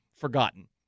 forgotten